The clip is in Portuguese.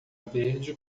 verde